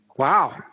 Wow